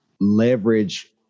leverage